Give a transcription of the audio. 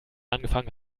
angefangen